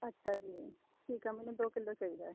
ਅੱਛਾ ਜੀ ਠੀਕ ਆ ਮੈਨੂੰ ਦੋ ਕਿਲੋ ਚਾਹੀਦਾ ਹੈ